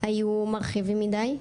היו מרחיבים מדי,